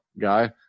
guy